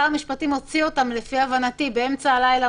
רק ששר האוצר הוציא אותם, לפי הבנתי, באמצע הלילה.